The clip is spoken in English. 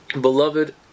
Beloved